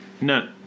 No